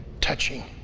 touching